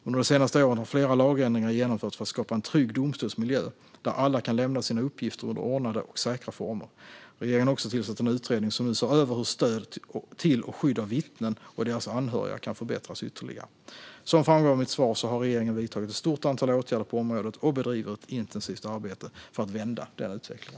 Under de senaste åren har flera lagändringar genomförts för att skapa en trygg domstolsmiljö där alla kan lämna sina uppgifter under ordnade och säkra former. Regeringen har också tillsatt en utredning som nu ser över hur stöd till och skydd av vittnen och deras anhöriga kan förbättras ytterligare. Som framgår av mitt svar har regeringen vidtagit ett stort antal åtgärder på området, och regeringen bedriver ett intensivt arbete för att vända den här utvecklingen.